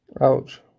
Ouch